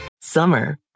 Summer